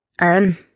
Aaron